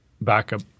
backup